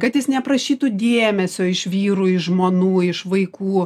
kad jis neprašytų dėmesio iš vyrų iš žmonų iš vaikų